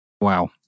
Wow